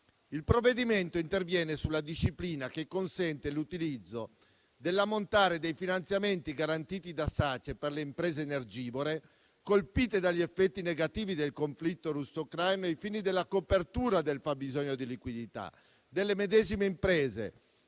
Il provvedimento interviene sulla disciplina che consente l'utilizzo dell'ammontare dei finanziamenti garantiti da SACE per le imprese energivore, colpite dagli effetti negativi del conflitto russo-ucraino, ai fini della copertura del fabbisogno di liquidità delle medesime imprese